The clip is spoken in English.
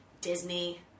Disney